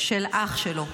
של אח שלו.